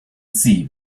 sie